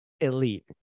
elite